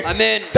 Amen